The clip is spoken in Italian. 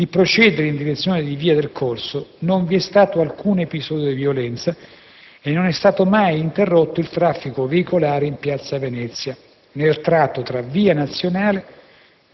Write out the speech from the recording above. di procedere in direzione di via del Corso, non vi è stato alcun episodio di violenza e non è mai stato interrotto il traffico veicolare in piazza Venezia, nel tratto che va da via Nazionale